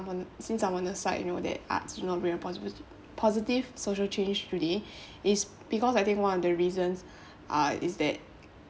since I'm on the side you know that arts do not bring a posi~ positive social change today is because I think one of the reasons uh is that